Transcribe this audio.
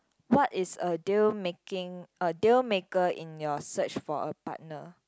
what is a deal making a deal maker in your search for a partner